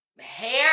hair